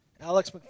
Alex